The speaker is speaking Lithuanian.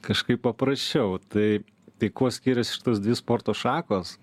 kažkaip paprasčiau tai tai kuo skiriasi šitos dvi sporto šakos